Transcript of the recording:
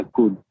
good